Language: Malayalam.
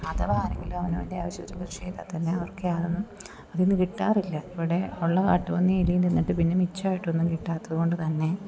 അഥവാ ആരെങ്കിലും അവനവൻ്റെ ആവശ്യത്തിന് കൃഷി ചെയ്താൽ തന്നെ അവർക്ക് യാതൊന്നും അതിൽ നിന്ന് കിട്ടാറില്ല ഇവിടെ ഉള്ള കാട്ടു പന്നിയും എലിയും തിന്നിട്ട് പിന്നെ മിച്ചമായിട്ടൊന്നും കിട്ടാത്തത്കൊണ്ട് തന്നെ